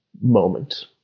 moment